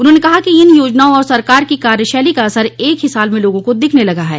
उन्होंने कहा कि इन योजनाओं और सरकार की कार्यशैली का असर एक ही साल में लोगों को दिखने लगा है